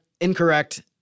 Incorrect